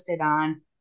on